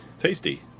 tasty